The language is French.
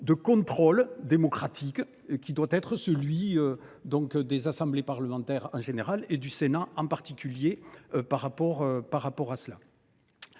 du contrôle démocratique qui doit être celui des assemblées parlementaires en général et du Sénat en particulier. Nous avons